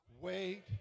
Wait